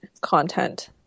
content